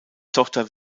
tochter